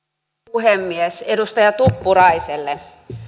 puhemies edustaja tuppuraiselle